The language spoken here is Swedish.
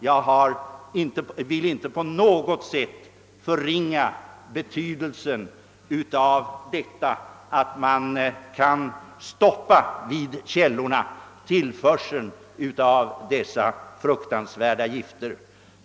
Jag vill inte på något sätt förringa betydelsen av att man kan stoppa tillförseln av dessa fruktansvärda gifter vid källorna.